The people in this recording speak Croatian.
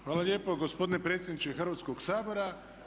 Hvala lijepo gospodine predsjedniče Hrvatskog sabora.